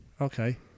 Okay